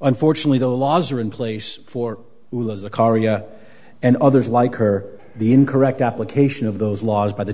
unfortunately the laws are in place for the korea and others like her the incorrect application of those laws by the